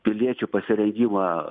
piliečių pasirengimą